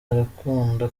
arakunda